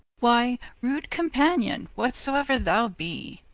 why rude companion, whatsoere thou be,